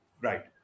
Right